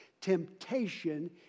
Temptation